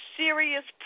serious